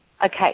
Okay